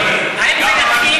האם זה יתחיל?